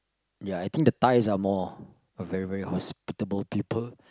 ya I think the Thais are more very very hospitable people